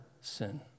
sin